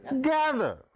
gather